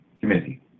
committee